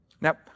Now